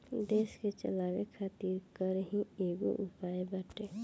देस के चलावे खातिर कर ही एगो उपाय बाटे